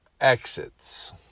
exits